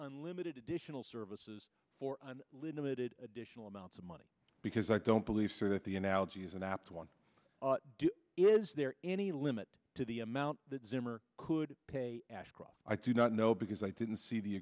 unlimited additional services for limited additional amounts of money because i don't believe sir that the analogy is an apt one do is there any limit to the amount that zimmer could pay ashcroft i do not know because i didn't see the